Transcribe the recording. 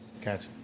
Catch